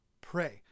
pray